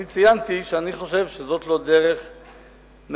אני ציינתי שאני חושב שזאת לא דרך נכונה,